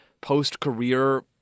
post-career